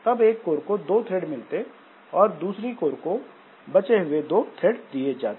तब एक कोर को दो थ्रेड मिलते और दूसरी कोर को बचे हुए दो थ्रेड दिए जाते